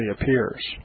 appears